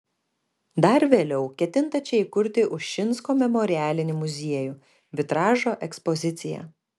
dar vėliau ketinta čia įkurti ušinsko memorialinį muziejų vitražo ekspoziciją